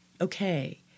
Okay